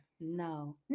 no